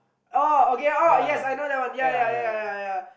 oh okay oh yes I know that one ya ya ya